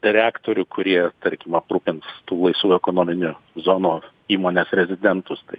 reaktorių kurie tarkim aprūpins tų laisvų ekonominių zonų įmonės rezidentus tai